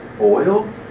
oil